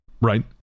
Right